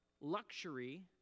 luxury